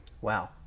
Wow